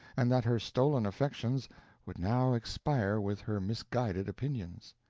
and that her stolen affections would now expire with her misguided opinions.